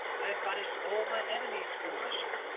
i have banished all my enemies from russia.